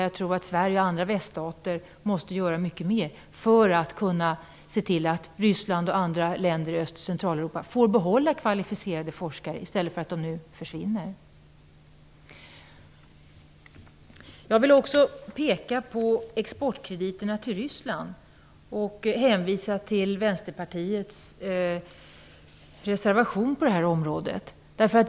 Jag tror att Sverige och andra väststater måste göra mycket mera för att Ryssland och andra länder i Öst och Centraleuropa skall få behålla kvalificerade forskare i stället för att dessa, som nu är fallet, försvinner. När det gäller exportkrediterna till Ryssland hänvisar jag till Vänsterpartiets reservation.